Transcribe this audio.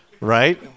right